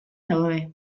daude